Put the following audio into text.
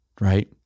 right